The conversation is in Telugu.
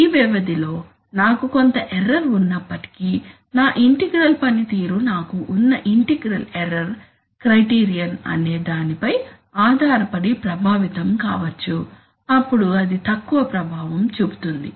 ఈ వ్యవధిలో నాకు కొంత ఎర్రర్ ఉన్నప్పటికీ నా ఇంటెగ్రల్ పనితీరు నాకు ఉన్న ఇంటిగ్రల్ ఎర్రర్ క్రైటీరియన్ అనే దానిపై ఆధారపడి ప్రభావితం కావచ్చు అప్పుడు అది తక్కువ ప్రభావం చూపుతుంది